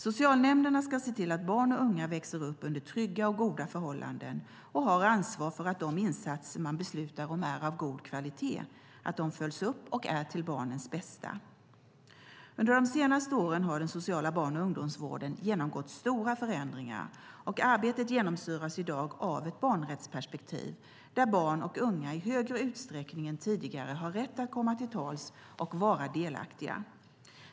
Socialnämnden ska se till att barn och unga växer upp under trygga och goda förhållanden och har ansvar för att de insatser man beslutar om är av god kvalitet, följs upp och är till barnets bästa. Under de senaste åren har den sociala barn och ungdomsvården genomgått stora förändringar, och arbetet genomsyras i dag av ett barnrättsperspektiv där barn och unga i högre utsträckning än tidigare har rätt att komma till tals och vara delaktiga.